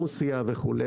רוסיה וכו',